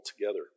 together